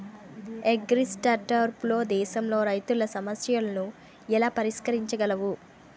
అగ్రిస్టార్టప్లు దేశంలోని రైతుల సమస్యలను ఎలా పరిష్కరించగలవు?